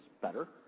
better